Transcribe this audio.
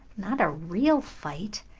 not a real fight.